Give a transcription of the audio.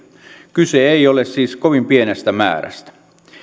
kyse ei ole siis kovin pienestä määrästä